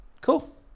cool